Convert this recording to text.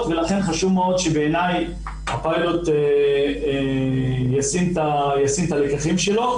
ולכן חשוב מאוד שהפיילוט ישים את הלקחים שלו.